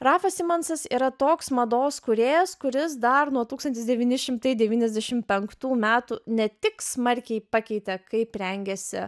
rafas simonsas yra toks mados kūrėjas kuris dar nuo tūkstantis devyni šimtai devyniasdešim penktų metų ne tik smarkiai pakeitė kaip rengiasi